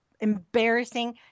embarrassing